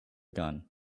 gun